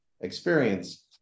experience